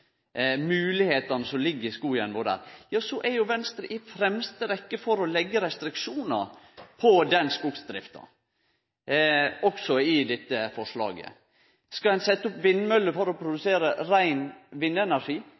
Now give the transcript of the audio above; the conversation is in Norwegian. som ligg i skogen vår, er jo Venstre i fremste rekkje for å leggje restriksjonar på den skogsdrifta – også i dette forslaget. Skal ein setje opp vindmøller for å produsere rein vindenergi,